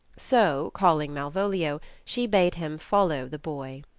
so, calling mal volio, she bade him follow the boy.